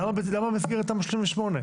למה במסגרת תמ"א 38?